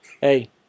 Hey